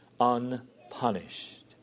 unpunished